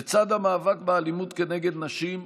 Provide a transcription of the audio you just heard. לצד המאבק באלימות כנגד נשים,